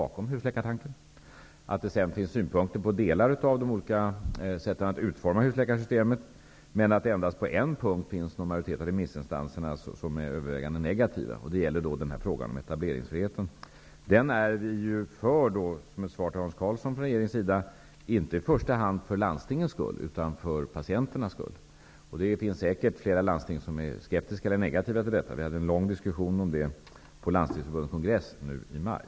Det finns i och för sig synpunkter på delar av de olika sätten att utforma husläkarsystemet, men endast på en punkt är en majoritet av remissinstanserna negativ, nämligen när det gäller frågan om etableringsfrihet. Som svar till Hans Karlsson vill jag säga att regeringen är för etableringsfrihet, men inte i första hand för landstingens skull, utan för patienternas skull. Flera landsting är säkert skeptiska eller negativa till detta. Vi hade en lång diskussion om det på Landstingsförbundets kongress i maj.